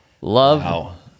Love